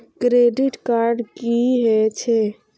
Credit card की हे छे?